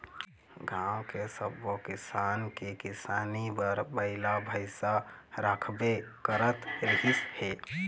गाँव के सब्बो किसान के किसानी बर बइला भइसा राखबे करत रिहिस हे